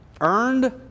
earned